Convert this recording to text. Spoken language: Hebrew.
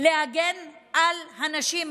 להגן על הנשים,